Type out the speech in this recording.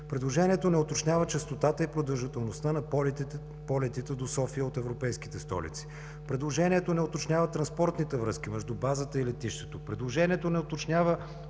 предложението не уточнява чистотата и продължителността на полетите до София от европейските столици; предложението не уточнява транспортните връзки между базата и летището; предложението не уточнява